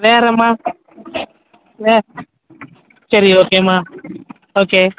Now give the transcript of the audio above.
வேறும்மா வே சரி ஓகேம்மா ஓகே